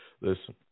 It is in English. Listen